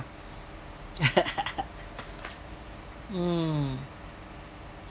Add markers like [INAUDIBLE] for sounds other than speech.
[LAUGHS] mm